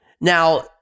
Now